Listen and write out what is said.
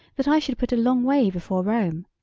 that i should put a long way before rome.